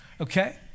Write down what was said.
Okay